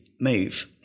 move